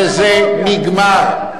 וזה נגמר.